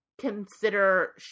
consider